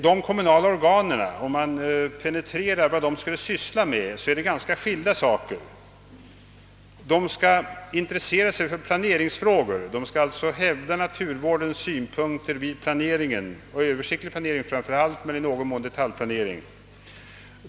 De kommunala organen skall — om man penetrerar detta närmare — syssla med ganska skilda uppgifter. De skall intressera sig för planeringsfrågor, alltså hävda naturvårdens synpunkter vid framför allt översiktlig planering men även vid detaljplanering.